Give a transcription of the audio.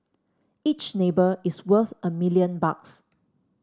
each neighbour is worth a million bucks